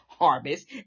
harvest